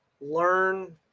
learn